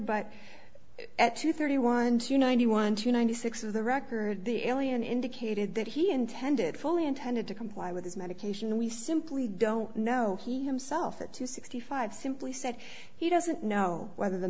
but at two thirty one to ninety one to ninety six is the record the alien indicated that he intended fully intended to comply with his medication and we simply don't know he himself up to sixty five simply said he doesn't know whether the